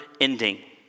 ending